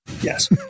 Yes